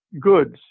goods